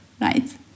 right